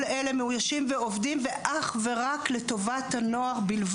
כל אלה מאוישים ועובדים, ואך ורק לטובת הנוער.